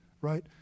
right